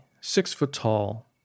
six-foot-tall